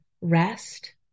rest